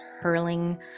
hurling